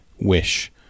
wish